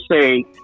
say